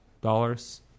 dollars